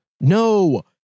No